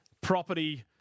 property